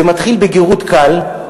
זה מתחיל בגירוד קל,